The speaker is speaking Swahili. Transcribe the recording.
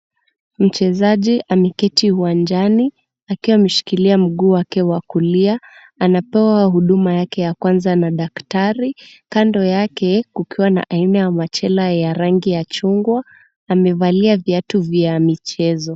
Mchezaji ameketi uwanjani, akiwa ameshikilia mguu wake wa kulia. Anapewa huduma yake ya kwanza na daktari. Kando yake kukiwa na aina ya machela ya rangi ya chungwa. Amevalia viatu vya michezo.